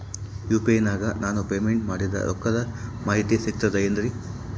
UPI ನಾಗ ನಾನು payment ಮಾಡಿದ ರೊಕ್ಕದ ಮಾಹಿತಿ ಸಿಕ್ತದೆ ಏನ್ರಿ?